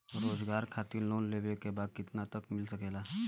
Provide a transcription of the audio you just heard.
रोजगार खातिर लोन लेवेके बा कितना तक मिल सकेला?